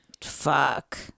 Fuck